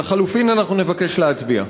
על ההסתייגות לחלופין אנחנו נבקש להצביע.